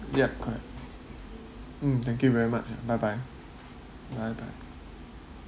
ya correct mm thank you very much bye bye bye bye